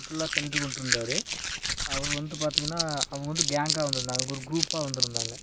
சுற்றுலா சென்று கொண்ட்டிருந்தாரு அவரு வந்து பார்த்தீங்கன்னா அவங்க வந்து கேங்காக வந்திருந்தாங்க குரூ குரூப்பாக வந்திருந்தாங்க